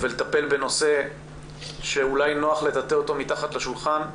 ולטפל בנושא שאולי נוח לטאטא אותו מתחת לשולחן,